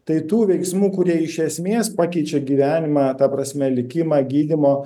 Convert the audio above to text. tai tų veiksmų kurie iš esmės pakeičia gyvenimą ta prasme likimą gydymo